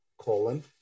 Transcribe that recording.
colon